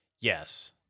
Yes